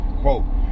quote